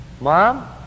Mom